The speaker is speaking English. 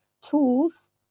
tools